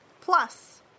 Plus